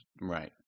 right